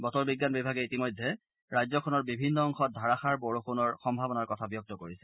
বতৰ বিজ্ঞান বিভাগে ইতিমধ্যে ৰাজ্যখনৰ বিভিন্ন অংশত ধাৰাষাৰ বৰষুণৰ সম্ভাৱনাৰ কথা ব্যক্ত কৰিছে